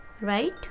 right